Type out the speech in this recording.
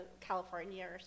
California